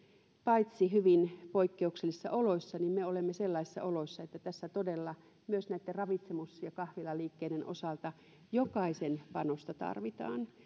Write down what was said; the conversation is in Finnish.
hyvin poikkeuksellisissa oloissa sellaisissa oloissa että tässä todella myös näitten ravitsemus ja kahvilaliikkeiden osalta jokaisen panosta tarvitaan